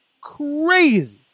crazy